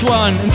one